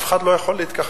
אף אחד לא יכול להתכחש,